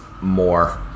more